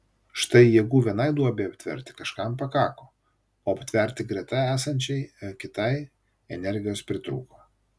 štai jėgų vienai duobei aptverti kažkam pakako o aptverti greta esančiai kitai energijos pritrūko